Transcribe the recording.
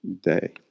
day